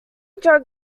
drug